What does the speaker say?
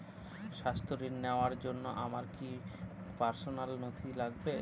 স্বাস্থ্য ঋণ নেওয়ার জন্য আমার কি কি পার্সোনাল নথি লাগবে?